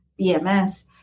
BMS